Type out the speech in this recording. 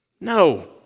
No